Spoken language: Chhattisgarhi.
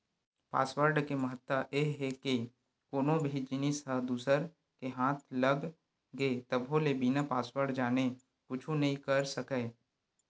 पासवर्ड के महत्ता ए हे के कोनो भी जिनिस ह दूसर के हाथ लग गे तभो ले बिना पासवर्ड जाने कुछु नइ कर सकय